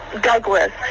Douglas